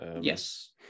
Yes